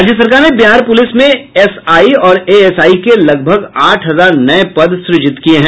राज्य सरकार ने बिहार पुलिस में एसआई और एएसआई के लगभग आठ हजार नये पद सुजित किये हैं